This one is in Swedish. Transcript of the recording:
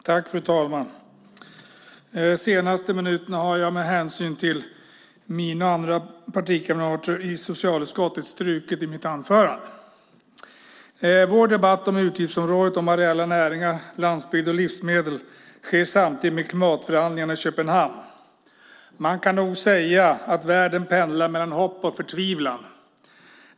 Fru ålderspresident! De senaste minuterna har jag av hänsyn till mina och andras partikamrater i socialutskottet strukit i mitt anförande. Vår debatt om utgiftsområdet om areella näringar, landsbygd och livsmedel sker samtidigt med klimatförhandlingarna i Köpenhamn. Man kan nog säga att världen pendlar mellan hopp och förtvivlan.